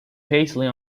paisley